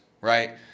right